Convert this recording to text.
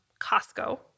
Costco